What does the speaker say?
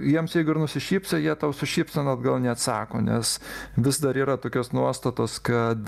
jiems jeigu ir nusišypsai jie tau su šypsena atgal neatsako nes vis dar yra tokios nuostatos kad